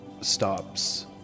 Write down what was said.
stops